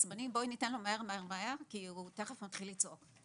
בואי ניתן לו מהר מהר, כי הוא תכף מתחיל לצעוק.